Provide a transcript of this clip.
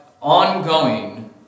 ongoing